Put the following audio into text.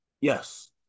Yes